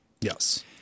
Yes